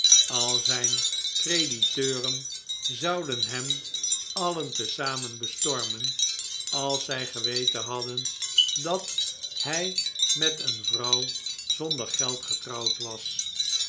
al zijn crediteuren zouden hem alien te zamen bestormen als zij geweten hadden dat hij met een vrouw zonder geld getrouwd was